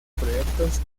proyectos